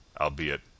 albeit